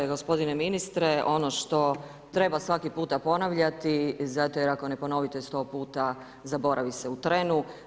Gospodine ministre ono što treba svaki puta ponavljati zato jer ako ne ponovite 100 puta zaboravi se u trenu.